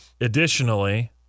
Additionally